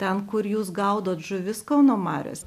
ten kur jūs gaudot žuvis kauno marios